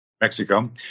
mexico